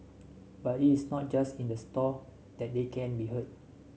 but is not just in the store that they can be heard